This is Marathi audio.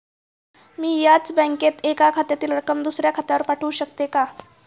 मी याच बँकेत एका खात्यातील रक्कम दुसऱ्या खात्यावर पाठवू शकते का?